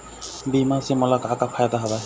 बीमा से मोला का का फायदा हवए?